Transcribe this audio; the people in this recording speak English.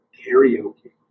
karaoke